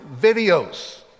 videos